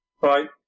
Right